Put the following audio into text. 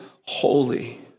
holy